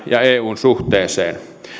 ja eun suhteeseen